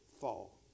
fall